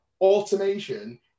automation